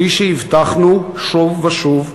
כפי שהבטחנו שוב ושוב,